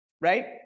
right